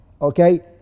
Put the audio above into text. Okay